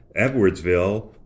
Edwardsville